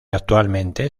actualmente